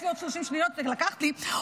יש לי עוד 30 שניות שלקחת לי,